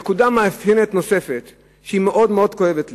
נקודה מאפיינת נוספת שהיא מאוד מאוד כואבת לי.